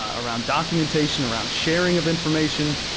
ah around documentation, around sharing of information.